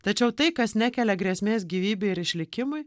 tačiau tai kas nekelia grėsmės gyvybei ir išlikimui